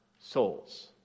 souls